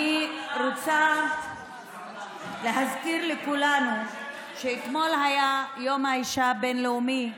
אני רוצה להזכיר לכולנו שאתמול היום יום האישה הבין-לאומי,